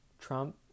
Trump